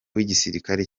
w’igisirikare